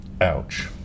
Ouch